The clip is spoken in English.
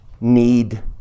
need